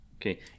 Okay